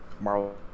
Marvel